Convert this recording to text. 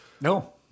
No